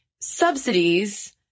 subsidies